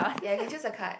ya you can choose a card